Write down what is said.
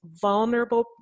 vulnerable